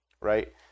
right